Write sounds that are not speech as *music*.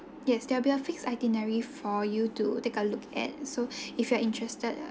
yes there will be a fixed itinerary for you to take a look at so *breath* if you are interested uh